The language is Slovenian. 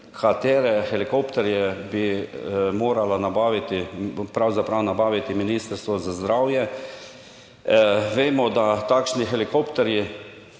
katere helikopterje bi morala nabaviti, pravzaprav nabaviti Ministrstvo za zdravje. Vemo, da takšni helikopterji